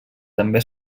també